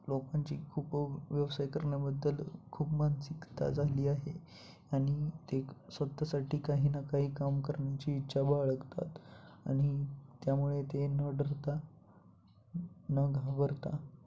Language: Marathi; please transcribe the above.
लोकांची खूप व्यवसाय करण्याबद्दल खूप मानसिकता झाली आहे आणि ते स्वतःसाठी काही ना काही काम करण्याची इच्छा बाळगतात आणि त्यामुळे ते न डरता न घाबरता